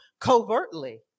covertly